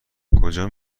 کجا